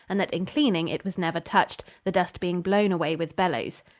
and that in cleaning it was never touched, the dust being blown away with bellows.